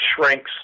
shrinks